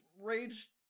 rage